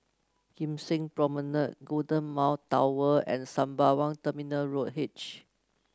Kim Seng Promenade Golden Mile Tower and Sembawang Terminal Road H